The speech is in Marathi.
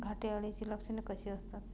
घाटे अळीची लक्षणे कशी असतात?